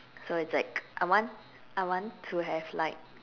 so it's like I want I want to have like